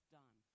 done